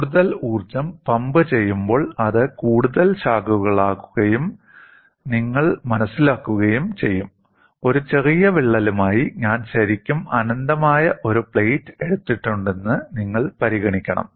കൂടുതൽ ഊർജ്ജം പമ്പ് ചെയ്യുമ്പോൾ അത് കൂടുതൽ ശാഖകളാക്കുകയും നിങ്ങളെ മനസിലാക്കുകയും ചെയ്യും ഒരു ചെറിയ വിള്ളലുമായി ഞാൻ ശരിക്കും അനന്തമായ ഒരു പ്ലേറ്റ് എടുത്തിട്ടുണ്ടെന്ന് നിങ്ങൾ പരിഗണിക്കണം